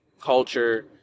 culture